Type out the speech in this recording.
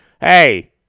hey